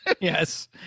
Yes